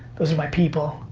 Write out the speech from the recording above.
those are my people,